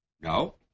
No